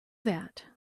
that